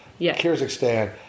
Kyrgyzstan